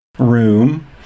Room